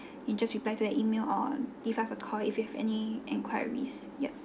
you just reply to the email or give us a call if you have any enquiries yup